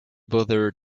bothered